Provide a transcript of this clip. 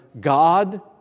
God